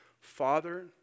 Father